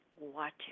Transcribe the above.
watch